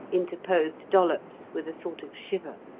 interposed dollops, with a sort of shiver.